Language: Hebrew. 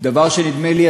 דבר שנדמה לי,